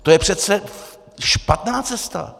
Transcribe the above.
To je přece špatná cesta.